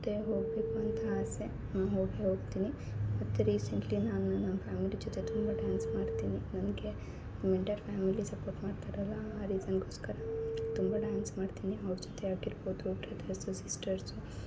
ಮತ್ತು ಹೋಗಬೇಕು ಅಂತ ಆಸೆ ನಾನು ಹೋಗೇ ಹೋಗ್ತೀನಿ ಮತ್ತು ರೀಸೆಂಟ್ಲಿ ನಾನು ನನ್ನ ಫ್ಯಾಮಿಲಿ ಜೊತೆ ತುಂಬಾ ಡ್ಯಾನ್ಸ್ ಮಾಡ್ತೀನಿ ನನಗೆ ನನ್ನ ಎಂಟೈಯರ್ ಫ್ಯಾಮಿಲಿ ಸಪೋರ್ಟ್ ಮಾಡ್ತಾರಲ್ಲ ಆ ರೀಸನ್ಗೋಸ್ಕರ ತುಂಬ ಡ್ಯಾನ್ಸ್ ಮಾಡ್ತೀನಿ ಅವ್ರ ಜೊತೆ ಆಗಿರ್ಬೌದು ಬ್ರದರ್ಸು ಸಿಸ್ಟರ್ಸು